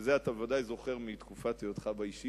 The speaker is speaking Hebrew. ואת זה אתה בוודאי זוכר מתקופת היותך בישיבה,